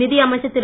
நிதி அமைச்சர் திரு